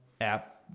app